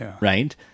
right